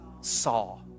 Saw